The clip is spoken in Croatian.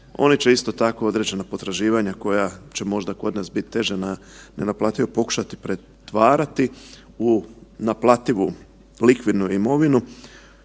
One će, isto tako određena potraživanja koja će možda kod biti teža, nenaplativa, pokušati pretvarati u naplativu likvidnu imovinu